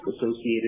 associated